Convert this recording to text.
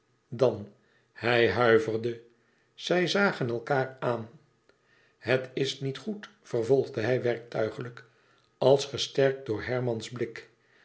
dan hij huiverde zij zagen elkaâr aan het is niet goed vervolgde hij werktuigelijk als gesterkt door hermans blik